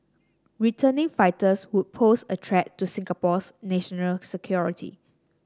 returning fighters would pose a threat to Singapore's national security